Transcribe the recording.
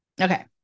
Okay